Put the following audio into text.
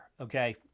okay